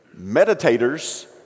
meditators